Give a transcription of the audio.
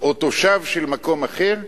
או תושב של מקום אחר,